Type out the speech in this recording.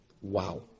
Wow